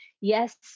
yes